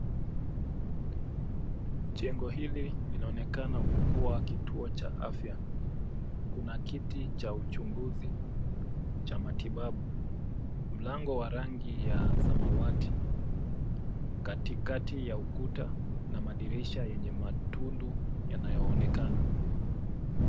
Jengo hili linaonekana kuwa kituo cha afya. Kwenye jengo kuna kiti cha uchunguzi cha matibabu. Mlango wake una rangi ya samawati na umewekwa katikati ya ukuta, huku madirisha yenye matundu yakionekana kando yake